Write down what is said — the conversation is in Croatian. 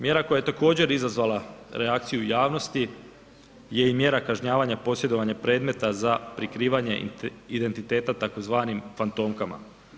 Mjera koja je također izazvala reakciju javnosti je i mjera kažnjavanja posjedovanja predmeta za prikrivanje identiteta tzv. fantomkama.